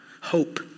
hope